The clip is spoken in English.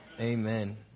Amen